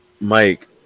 Mike